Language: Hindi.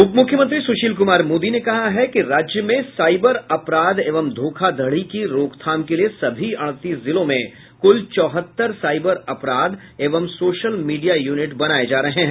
उप मुख्यमंत्री सुशील कुमार मोदी ने कहा है कि राज्य में साइबर अपराध एवं धोखाधड़ी की रोकथाम के लिए सभी अड़तीस जिलों में कुल चौहत्तर साइबर अपराध एवं सोशल मीडिया यूनिट बनाये जा रहे हैं